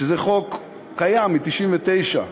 שזה חוק קיים, מ-1999,